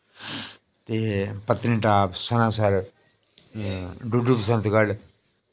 ते पटनीटाप सनासर डुडु बसंत गढ़